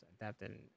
adapted